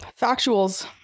Factuals